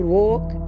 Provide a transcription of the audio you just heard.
walk